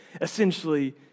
essentially